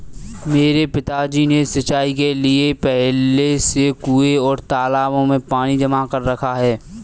मेरे पिताजी ने सिंचाई के लिए पहले से कुंए और तालाबों में पानी जमा कर रखा है